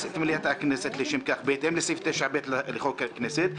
את מליאת הכנסת לשם כך בהתאם לסעיף 7ב' לחוק הכנסת,